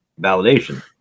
Validation